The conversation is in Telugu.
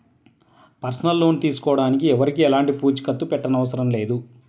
పర్సనల్ లోన్ తీసుకోడానికి ఎవరికీ ఎలాంటి పూచీకత్తుని పెట్టనవసరం లేదు